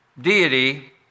deity